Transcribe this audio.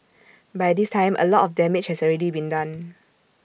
by this time A lot of damage has already been done